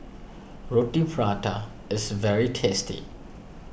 Roti Prata is very tasty